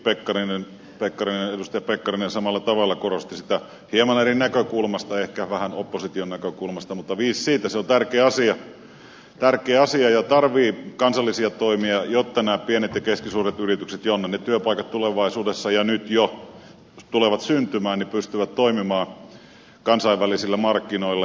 tosin edustaja pekkarinen samalla tavalla korosti sitä hieman eri näkökulmasta ehkä vähän oppositionäkökulmasta mutta viis siitä se on tärkeä asia ja tarvitsee kansallisia toimia jotta nämä pienet ja keskisuuret yritykset jonne ne työpaikat tulevaisuudessa ja nyt jo tulevat syntymään pystyvät toimimaan kansainvälisillä markkinoilla